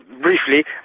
briefly